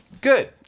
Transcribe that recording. good